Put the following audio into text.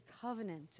covenant